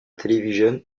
television